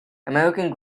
american